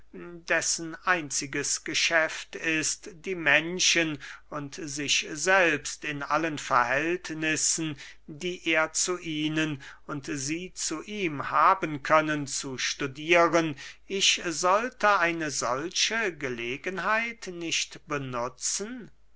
dessen einziges geschäft ist die menschen und sich selbst in allen verhältnissen die er zu ihnen und sie zu ihm haben können zu studieren ich sollte eine solche gelegenheit nicht benutzen